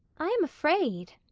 i am afraid.